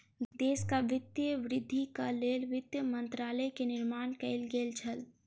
देशक वित्तीय वृद्धिक लेल वित्त मंत्रालय के निर्माण कएल गेल छल